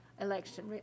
election